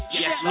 yes